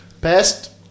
Best